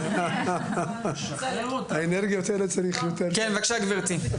כן, בבקשה, גבירתי.